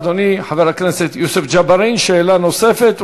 אדוני חבר הכנסת יוסף ג'בארין, שאלה נוספת.